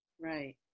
right